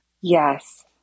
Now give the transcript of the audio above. Yes